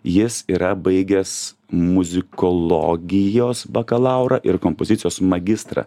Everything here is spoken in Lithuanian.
jis yra baigęs muzikologijos bakalaurą ir kompozicijos magistrą